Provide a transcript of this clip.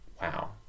wow